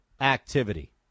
activity